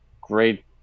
great